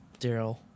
Daryl